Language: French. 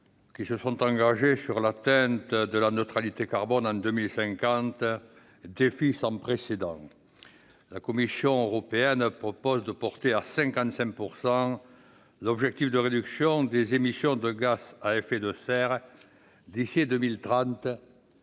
qui se sont engagés sur l'objectif de neutralité carbone en 2050, un défi sans précédent. La Commission européenne propose quant à elle de porter à 55 % l'objectif de réduction des émissions de gaz à effet de serre d'ici à 2030,